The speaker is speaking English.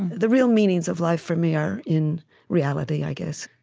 the real meanings of life, for me, are in reality, i guess